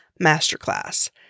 masterclass